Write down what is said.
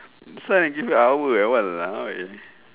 this one they hour eh !walao! eh